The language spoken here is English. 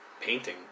painting